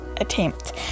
attempt